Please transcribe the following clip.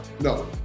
no